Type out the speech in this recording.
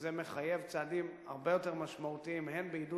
וזה מחייב צעדים הרבה יותר משמעותיים הן בעידוד